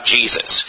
Jesus